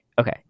okay